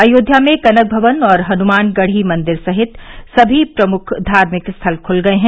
अयोध्या में कनक भवन और हनुमानगढ़ी मंदिर समेत सभी प्रमुख धार्मिक स्थल खुल गए हैं